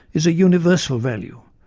is a universal value,